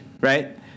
Right